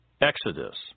Exodus